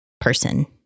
person